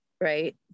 right